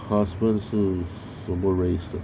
husband 是什么 race 的